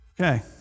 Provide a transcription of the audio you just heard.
Okay